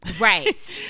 Right